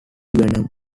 venom